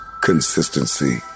consistency